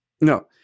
No